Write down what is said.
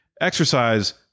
exercise